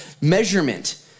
measurement